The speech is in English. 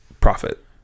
profit